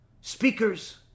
speakers